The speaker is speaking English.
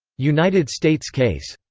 united states case.